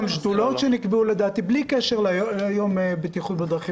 בלי קשר ליום הבטיחות בדרכים,